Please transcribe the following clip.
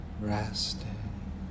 Resting